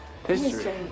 History